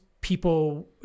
people